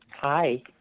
Hi